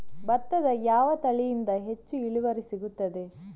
ಭತ್ತದ ಯಾವ ತಳಿಯಿಂದ ಹೆಚ್ಚು ಇಳುವರಿ ಸಿಗುತ್ತದೆ?